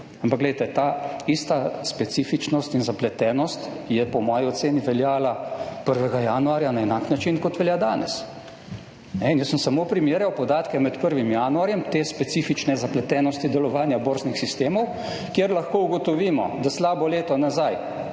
Ampak glejte, ta ista specifičnost in zapletenost je po moji oceni veljala 1. januarja na enak način kot velja danes. In jaz sem samo primerjal podatke med 1. januarjem te specifične zapletenosti delovanja borznih sistemov, kjer lahko ugotovimo, da slabo leto nazaj